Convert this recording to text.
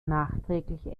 nachträgliche